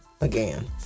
again